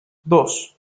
dos